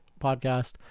podcast